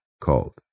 called